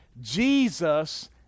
jesus